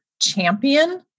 champion